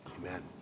amen